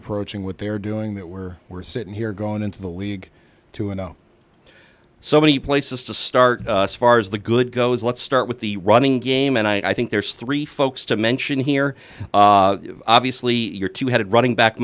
approaching what they're doing that where we're sitting here going into the league two and out so many places to start far as the good goes let's start with the running game and i think there's three folks to mention here obviously your two headed running back